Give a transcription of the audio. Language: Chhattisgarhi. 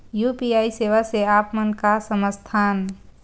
यू.पी.आई सेवा से आप मन का समझ थान?